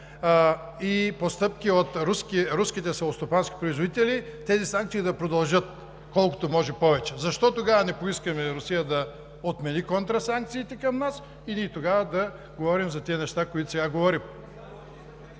и постъпки от руските селскостопански производители тези санкции да продължат колкото може повече. Защо тогава не поискаме Русия да отмени контрасанкциите към нас и ние тогава да говорим за тези неща, за които сега говорим?